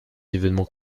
événement